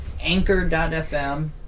anchor.fm